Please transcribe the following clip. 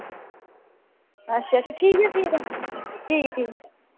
अच्छा अच्छा ठीक ऐ फ्ही तां ठीक ऐ ठीक ऐ